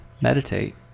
meditate